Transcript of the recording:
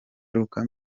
ingaruka